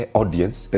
audience